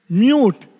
mute